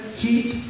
heat